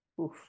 oof